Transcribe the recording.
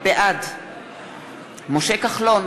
בעד משה כחלון,